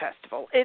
festival